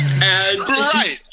Right